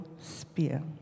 spear